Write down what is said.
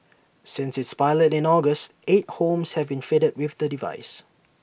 since its pilot in August eight homes have been fitted with the device